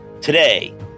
Today